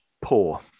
poor